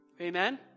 Amen